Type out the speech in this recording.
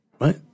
right